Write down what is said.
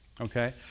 Okay